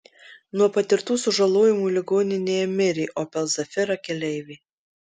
nuo patirtų sužalojimų ligoninėje mirė opel zafira keleivė